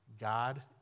God